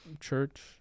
church